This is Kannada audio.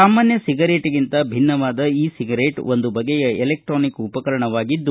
ಸಾಮಾನ್ಯ ಸಿಗರೇಟ್ಗಿಂತ ಭಿನ್ನವಾದ ಇ ಸಿಗರೇಟ್ ಒಂದು ಬಗೆಯ ಎಲೆಕ್ಟಾನಿಕ್ ಉಪಕರಣವಾಗಿದೆ